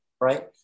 right